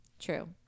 true